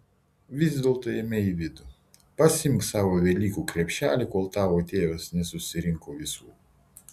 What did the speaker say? vis dėlto eime į vidų pasiimk savo velykų krepšelį kol tavo tėvas nesusirinko visų